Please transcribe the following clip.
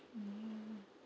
mm